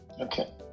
Okay